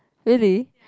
really